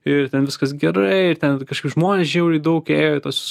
ir ten viskas gerai ir ten kažkaip žmonės žiauriai daug ėjo į tuos